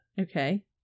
Okay